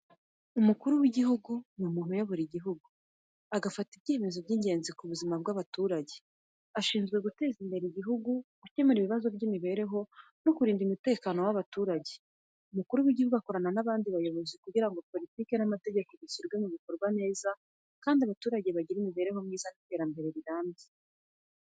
Umukuru w’igihugu ni umuntu uyobora igihugu, agafata ibyemezo by’ingenzi ku buzima bw’abaturage. Ashinzwe guteza imbere igihugu, gukemura ibibazo by’imibereho no kurinda umutekano w’abaturage. Umukuru w’igihugu akorana n’abandi bayobozi kugira ngo politiki n’amategeko bishyirwe mu bikorwa neza kandi abaturage bagire imibereho myiza n’iterambere rirambye.